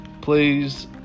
please